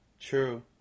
True